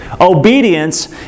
obedience